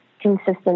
consistent